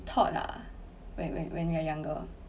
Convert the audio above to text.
taught lah when when when you are younger